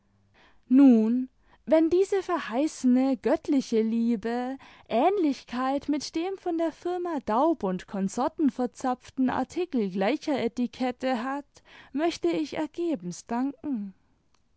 nun wenn diese verheißene göttliche liebe ähnlichkeit mit dem von der firma daub und konsorten verzapften artikel gleicher etikette hat möchte ich ergebenst danken